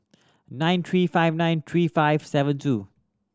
nine three five nine three five seven two